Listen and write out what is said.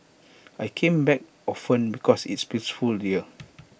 I came back often because it's peaceful here